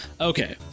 Okay